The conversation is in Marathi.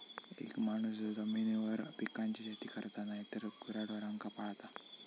एक माणूस जो जमिनीवर पिकांची शेती करता नायतर गुराढोरांका पाळता